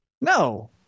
No